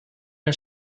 een